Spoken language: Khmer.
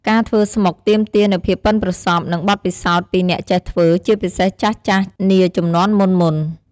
ការធ្វើស្មុកទាមទារនូវភាពប៉ិនប្រសប់និងបទពិសោធន៍ពីអ្នកចេះធ្វើ ជាពិសេសចាស់ៗនាជំនាន់មុនៗ។